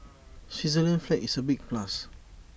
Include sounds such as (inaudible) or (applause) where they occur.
(noise) Switzerland's flag is A big plus